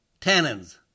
tannins